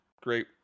great